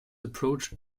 approach